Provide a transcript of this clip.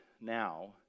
now